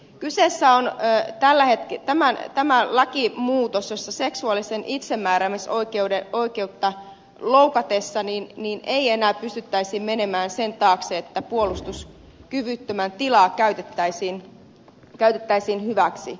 kyseessä on lakimuutos jossa seksuaalista itsemääräämisoikeutta loukattaessa ei enää pystyttäisi menemään sen taakse että siinä ei puolustuskyvyttömän tilaa käytetä hyväksi